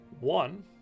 One